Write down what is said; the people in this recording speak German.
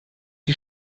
die